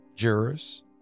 Jurors